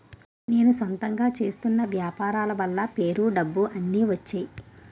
నేను సొంతంగా చేస్తున్న వ్యాపారాల వల్ల పేరు డబ్బు అన్ని వచ్చేయి